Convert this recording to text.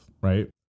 Right